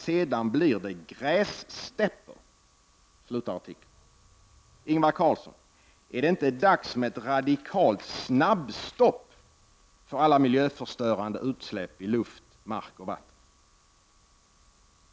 Sedan blir det grässtäpper”, slutar artikeln. Ingvar Carlsson, är det inte dags med ett radikalt snabbstopp för alla miljöförstörande utsläpp i luft, mark och vatten?